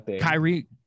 Kyrie